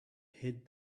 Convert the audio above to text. hid